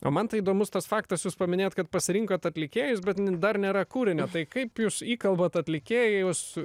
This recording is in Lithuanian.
o man tai įdomus tas faktas jūs paminėjot kad pasirinkot atlikėjus bet dar nėra kūrinio tai kaip jūs įkalbat atlikėjus